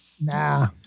Nah